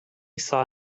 saw